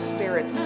Spirit